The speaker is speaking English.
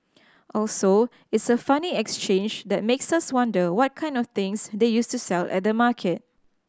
also it's a funny exchange that makes us wonder what kind of things they used to sell at the market